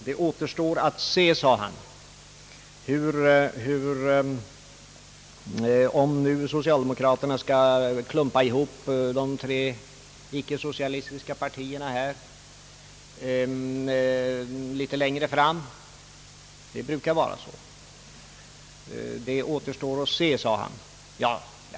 Det återstår att se, sade herr Kaijser, om nu socialdemokraterna skall klumpa ihop de tre icke socialistiska partierna litet längre fram — det brukar bli så.